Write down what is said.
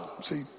See